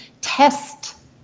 test